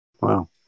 Wow